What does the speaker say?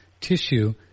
tissue